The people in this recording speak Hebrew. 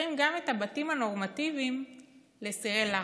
הופכים גם את הבתים הנורמטיביים לסירי לחץ.